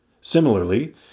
Similarly